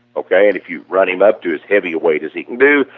okay, and if you are run him up to his heavyweight as he can do,